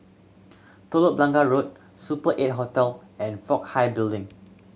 Telok Blangah Road Super Eight Hotel and Fook Hai Building